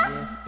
Yes